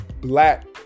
black